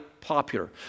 popular